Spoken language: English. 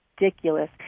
Ridiculous